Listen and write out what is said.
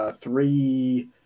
three